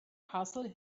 hustle